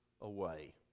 away